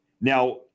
now